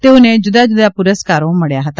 તેઓને જુદા જુદા પુરસ્કારો મળ્યા હતા